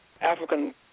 African